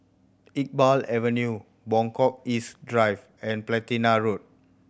Iqbal Avenue Buangkok East Drive and Platina Road